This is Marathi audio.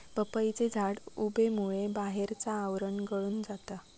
पपईचे झाड उबेमुळे बाहेरचा आवरण गळून जाता